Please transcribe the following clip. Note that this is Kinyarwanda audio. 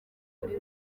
muri